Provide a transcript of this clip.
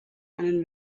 einen